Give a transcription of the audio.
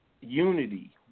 Unity